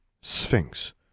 Sphinx